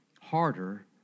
harder